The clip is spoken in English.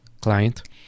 client